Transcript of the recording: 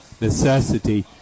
necessity